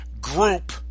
group